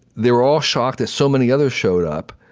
they were all shocked that so many others showed up.